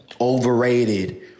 Overrated